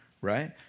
right